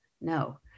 No